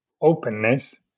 openness